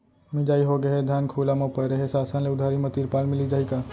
मिंजाई होगे हे, धान खुला म परे हे, शासन ले उधारी म तिरपाल मिलिस जाही का?